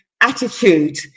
attitude